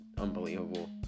unbelievable